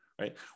right